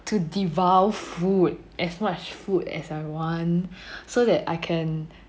to devour food as much food as I want so that I can